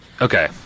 okay